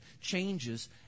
changes